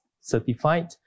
certified